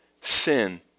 sin